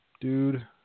dude